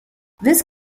this